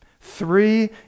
three